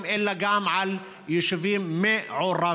אלא גם על יישובים מעורבים.